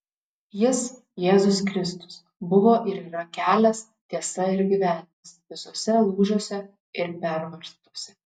jis jėzus kristus buvo ir yra kelias tiesa ir gyvenimas visuose lūžiuose ir pervartose